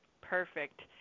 Perfect